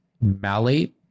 malate